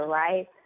right